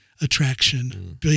attraction